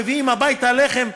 מביאים הביתה לחם,